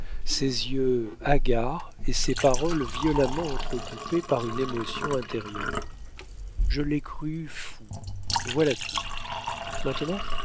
ses yeux hagards et ses paroles violemment entrecoupées par une émotion intérieure je l'ai cru fou voilà tout maintenant